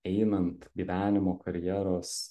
einant gyvenimo karjeros